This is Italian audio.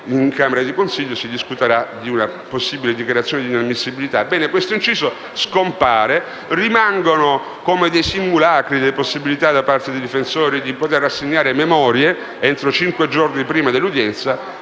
in camera di consiglio, si discuterà di una possibile dichiarazione di inammissibilità. Ebbene, questo inciso scompare e rimangono come dei simulacri le possibilità da parte dei difensori di rassegnare memorie entro cinque giorni prima dell'udienza.